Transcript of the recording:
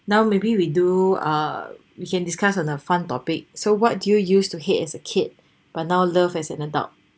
now maybe we do ah we can discuss on a fun topic so what do you use to hate as a kid but now love as an adult